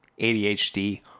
ADHD